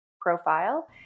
profile